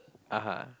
(uh huh)